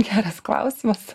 geras klausimas